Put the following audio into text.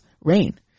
rain